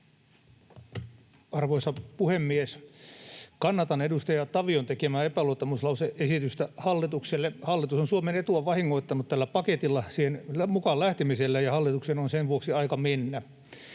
Arvoisa puhemies! Kannatan edustaja Tavion tekemää epäluottamuslause-esitystä hallitukselle. Hallitus on vahingoittanut Suomen etua tällä paketilla, siihen mukaan lähtemisellä, ja hallituksen on sen vuoksi aika mennä.